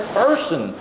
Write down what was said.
person